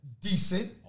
Decent